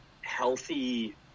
healthy